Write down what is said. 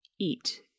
eat